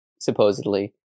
supposedly